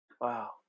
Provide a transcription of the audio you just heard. Wow